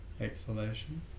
exhalation